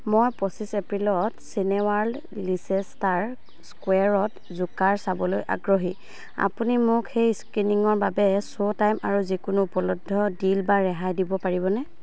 মই পঁচিছ এপ্ৰিলত চিনে ৱাৰ্ল্ড লিচেষ্টাৰ স্কোৱেৰত জোকাৰ চাবলৈ আগ্ৰহী আপুনি মোক সেই স্ক্ৰীনিংৰ বাবে শ্ব'টাইম আৰু যিকোনো উপলব্ধ ডিল বা ৰেহাই দিব পাৰিবনে